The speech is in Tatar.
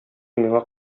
миңа